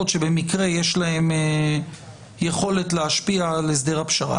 שבמקרה יש להן יכולות להשפיע על הסדר הפשרה.